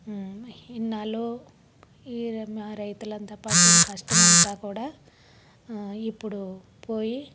ఇన్నాళ్ళు ఈ మా రైతులంతా పడిన కష్టమంతా కూడా ఇప్పుడు పోయి